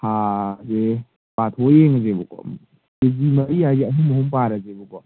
ꯊꯥꯁꯦ ꯄꯥꯊꯣꯛꯑ ꯌꯦꯡꯉꯁꯦꯕꯀꯣ ꯀꯦ ꯖꯤ ꯃꯔꯤ ꯍꯥꯏꯁꯦ ꯑꯍꯨꯝ ꯑꯍꯨꯝ ꯄꯥꯔꯁꯦꯕꯀꯣ